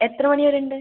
എത്ര മണിവരെ ഉണ്ട്